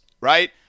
right